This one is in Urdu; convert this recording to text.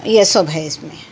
یہ سب ہے اِس میں